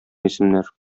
исемнәр